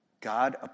God